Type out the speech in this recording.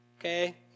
Okay